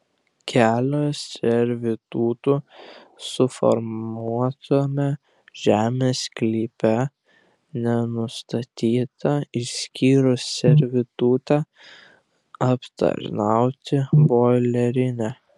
kelio servitutų suformuotame žemės sklype nenustatyta išskyrus servitutą aptarnauti boilerinę